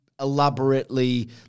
elaborately